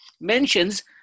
mentions